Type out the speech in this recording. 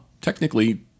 technically